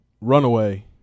Runaway